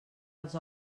als